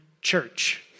church